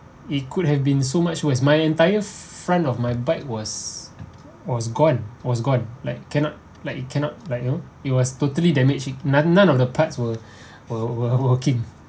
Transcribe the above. it could have been so much worse my entire front of my bike was was gone was gone like cannot like it cannot like you know it was totally damage none none of the parts were were were working